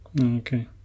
Okay